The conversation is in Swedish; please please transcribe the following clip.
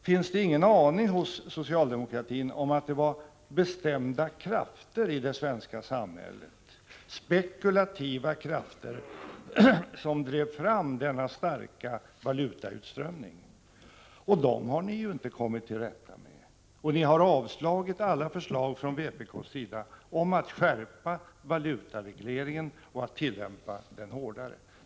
Finns det ingen uppfattning hos socialdemokratin om att det var bestämda, spekulativa krafter i det svenska samhället som drev fram denna starka valutautströmning? De krafterna har ni ju inte kommit till rätta med. Och ni har avslagit alla förslag från vpk om att skärpa valutaregleringen och att tillämpa den hårdare.